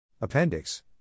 Appendix